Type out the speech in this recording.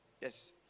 Yes